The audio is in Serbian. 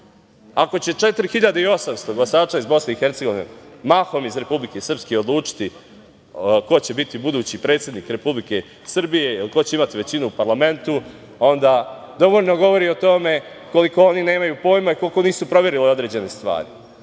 Ako će 4.800 glasača iz BiH, mahom iz Republike Srpske, odlučiti ko će biti budući predsednik Republike Srbije ili ko će imati većinu u parlamentu, onda dovoljno govori o tome koliko oni nemaju pojma i koliko nisu proverili određene stvari. Takođe